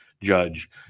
Judge